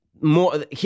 more